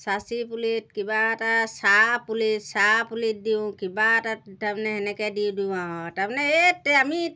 সাঁচি পুলিত কিবা এটা চাহ পুলি চাহ পুলিত দিওঁ কিবা এটাত তাৰমানে সেনেকৈ দি দিওঁ আৰু তাৰমানে এই তে আমি